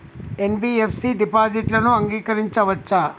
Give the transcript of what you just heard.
NBFC డిపాజిట్లను అంగీకరించవచ్చా?